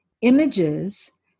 images